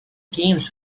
games